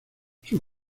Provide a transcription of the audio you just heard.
sus